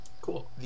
Cool